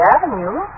Avenue